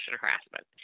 harassment